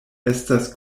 estas